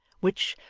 which,